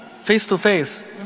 face-to-face